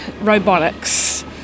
robotics